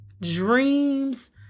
dreams